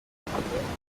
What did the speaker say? ntibiramenyekana